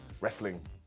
wrestling